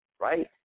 right